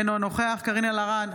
אינו נוכח קארין אלהרר,